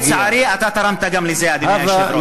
לצערי, אתה גם תרמת לזה, אדוני היושב-ראש.